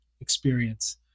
experience